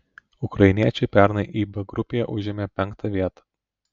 ukrainiečiai pernai ib grupėje užėmė penktą vietą